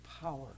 power